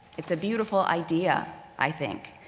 it's a beautiful idea i think.